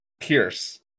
Pierce